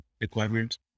requirements